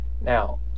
Now